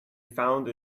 found